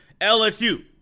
LSU